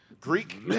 Greek